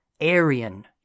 Aryan